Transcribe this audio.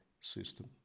system